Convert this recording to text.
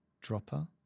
dropper